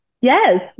Yes